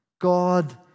God